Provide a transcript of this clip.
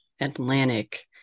Atlantic